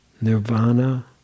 Nirvana